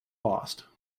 lost